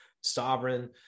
sovereign